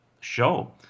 show